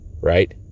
right